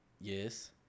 Yes